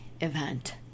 event